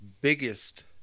biggest